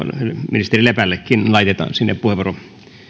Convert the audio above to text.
ministeri lepällekin laitetaan puheenvuoro